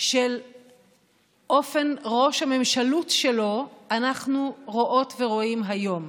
של אופן ראש הממשלות שלו אנחנו רואות ורואים היום.